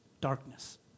Darkness